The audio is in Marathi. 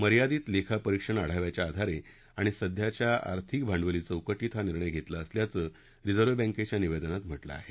मर्यादित लेखापरीक्षण आढाव्याच्या आधारे आणि सध्याच्या आर्थिक भांडवली चौकटीत हा निर्णय घेतला असल्याचं रिझर्व्ह बँकेच्या निवेदनात म्हाऊं आहे